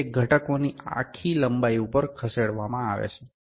અને તે ઘટકોની આખી લંબાઇ ઉપર ખસેડવામાં આવે છે